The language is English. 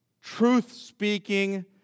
truth-speaking